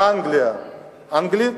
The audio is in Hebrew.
באנגליה, אנגלית.